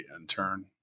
intern